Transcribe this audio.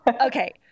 Okay